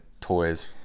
toys